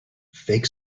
fake